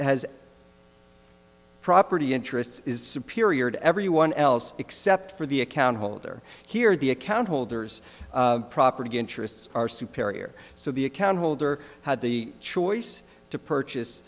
has property interest is superior to everyone else except for the account holder here the account holders property interests are superior so the account holder had the choice to purchase